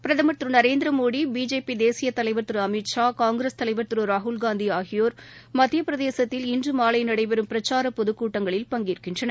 பிரதமா் திரு நரேந்திரமோடி பிஜேபி தேசிய தலைவர் திரு அமித்ஷா காங்கிரஸ் கட்சி தலைவர் திரு ராகுல் காந்தி ஆகியோர் மத்தியப்பிரதேசத்தில் இன்று நடைபெற உள்ள பிரச்சார பொது கூட்டங்களில் பங்கேற்கின்றனர்